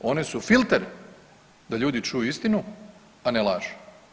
One su filter da ljudi čuju istinu, a ne laž.